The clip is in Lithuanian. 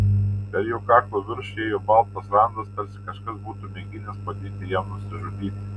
per jo kaklo viršų ėjo baltas randas tarsi kažkas būtų mėginęs padėti jam nusižudyti